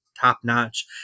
top-notch